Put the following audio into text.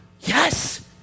yes